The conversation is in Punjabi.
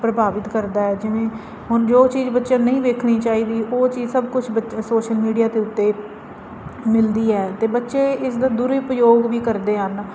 ਪ੍ਰਭਾਵਿਤ ਕਰਦਾ ਹੈ ਜਿਵੇਂ ਹੁਣ ਜੋ ਚੀਜ਼ ਬੱਚੇ ਨਹੀਂ ਵੇਖਣੀ ਚਾਹੀਦੀ ਉਹ ਚੀਜ਼ ਸਭ ਕੁਝ ਸੋਸ਼ਲ ਮੀਡੀਆ ਦੇ ਉੱਤੇ ਮਿਲਦੀ ਹੈ ਅਤੇ ਬੱਚੇ ਇਸ ਦੇ ਦੁਰਉਪਯੋਗ ਵੀ ਕਰਦੇ ਹਨ